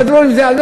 הסתדרו עם זה.